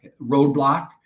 roadblock